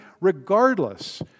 regardless